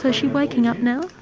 ah she waking up now?